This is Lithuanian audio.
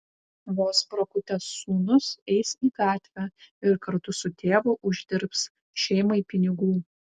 vos prakutęs sūnus eis į gatvę ir kartu su tėvu uždirbs šeimai pinigų